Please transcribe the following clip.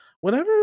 Whenever